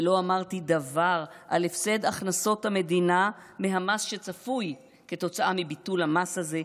ולא אמרתי דבר על הפסד הכנסות המדינה מהמס שצפוי כתוצאה מביטול המס הזה,